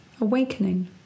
awakening